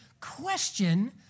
question